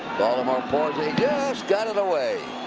baltimore pours they just got it away.